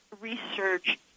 research